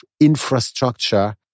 infrastructure